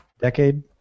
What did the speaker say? decade